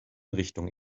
richtung